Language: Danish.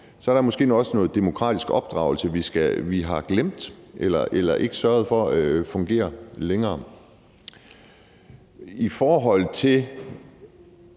Så der er måske også noget demokratiske opdragelse, vi har glemt eller ikke har sørget for fungerer længere.